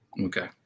Okay